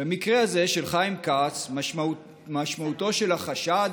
במקרה הזה של חיים כץ משמעותו של החשד,